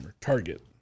target